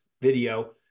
video